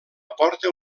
porta